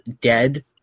dead